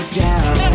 down